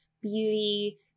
beauty